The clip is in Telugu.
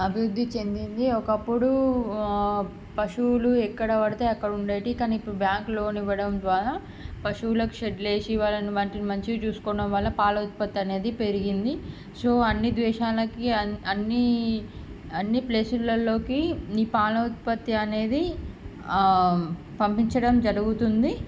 అభివృద్ధి చెందింది ఒకప్పుడు పశువులు ఎక్కడ పడితే అక్కడ ఉండేటివి కానీ ఇప్పుడు బ్యాంకు లోన్ ఇవ్వడం ద్వారా పశువులకు షెడ్లు వేసి వాటిని మంచిగా చూసుకోవడం వల్ల పాల ఉత్పత్తి అనేది పెరిగింది సో అన్ని దేశాలకి అన్ని అన్నిప్లేసులల్లోకి ఈ పాల ఉత్పత్తి అనేది పంపించడం జరుగుతుంది